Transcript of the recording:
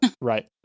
Right